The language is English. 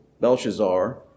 Belshazzar